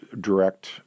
direct